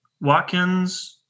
Watkins –